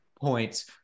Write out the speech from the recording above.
points